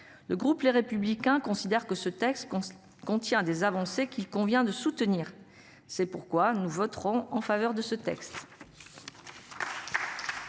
Le groupe Les Républicains considèrent que ce texte contient des avancées qu'il convient de soutenir. C'est pourquoi nous voterons en faveur de ce texte.